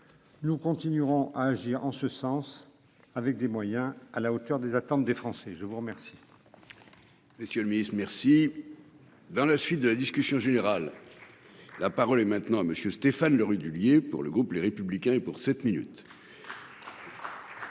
Nous continuerons à agir en ce sens avec des moyens à la hauteur des attentes des Français. Je vous remercie.